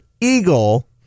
Eagle